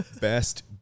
best